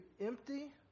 empty